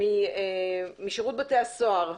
משירות בתי הסוהר,